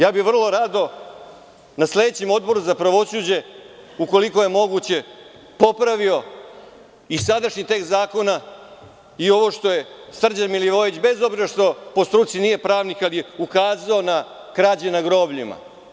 Ja bih vrlo rado na sledećem Odboru za pravosuđe, ukoliko je moguće, popravio i sadašnji tekst zakona i ovo što je Srđan Milivojević, bez obzira što po struci nije pravnik, ali je ukazao na krađe na grobljima.